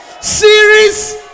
Series